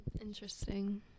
interesting